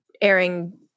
airing